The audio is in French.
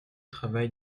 travail